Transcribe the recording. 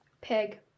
Pig